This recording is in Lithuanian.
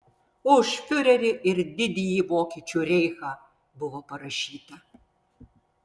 už fiurerį ir didįjį vokiečių reichą buvo parašyta